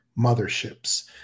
motherships